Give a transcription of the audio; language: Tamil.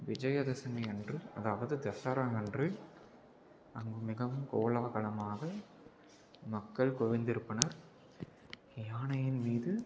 விஜயதசமி அன்று அதாவது தசரா அன்று அங்கு மிகவும் கோலாகலமாக மக்கள் குவிந்திருப்பனர் யானையின்மீது